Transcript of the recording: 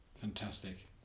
Fantastic